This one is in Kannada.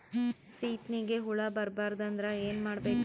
ಸೀತ್ನಿಗೆ ಹುಳ ಬರ್ಬಾರ್ದು ಅಂದ್ರ ಏನ್ ಮಾಡಬೇಕು?